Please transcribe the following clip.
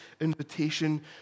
invitation